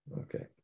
Okay